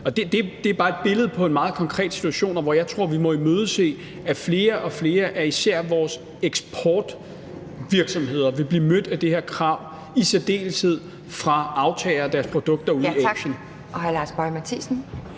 Det er bare et billede på en meget konkret situation, og jeg tror, at vi må imødese, at flere og flere af især vores eksportvirksomheder vil blive mødt af det her krav – i særdeleshed fra aftagere af deres produkter